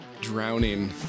drowning